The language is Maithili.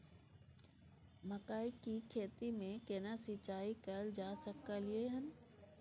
मकई की खेती में केना सिंचाई कैल जा सकलय हन?